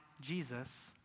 Jesus